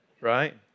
right